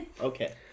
Okay